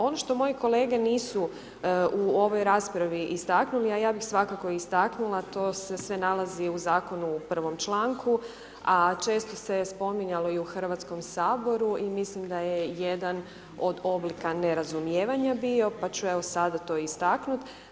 Ono što moje kolege nisu u ovoj raspravi istaknuli, a ja bih svakako istaknula, to se sve nalazi u Zakonu u prvom članku, a često se spominjalo i u HS i mislim da je jedan od oblika nerazumijevanja bio, pa ću evo sada to istaknut.